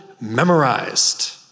memorized